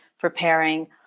preparing